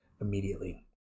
immediately